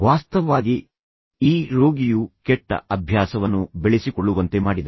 ವಾಸ್ತವವಾಗಿ ನಂತರ ಪ್ರಸಿದ್ಧ ವೈದ್ಯರಾದ ವ್ಯಕ್ತಿಯೇ ನಿಜವಾದ ಅಪರಾಧಿ ಈ ರೋಗಿಯು ಕೆಟ್ಟ ಅಭ್ಯಾಸವನ್ನು ಬೆಳೆಸಿಕೊಳ್ಳುವಂತೆ ಮಾಡಿದನು